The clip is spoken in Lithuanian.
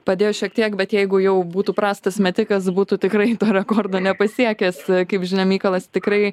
padėjo šiek tiek bet jeigu jau būtų prastas metikas būtų tikrai to rekordo nepasiekęs kaip žinia mykolas tikrai